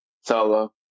Solo